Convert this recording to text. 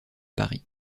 paris